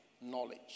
knowledge